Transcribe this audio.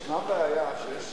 יש בעיה שיש